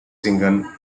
single